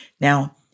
Now